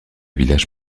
village